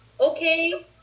okay